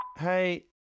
Hey